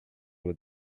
with